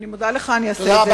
אני מודה לך, אני אעשה את זה.